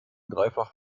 dreifach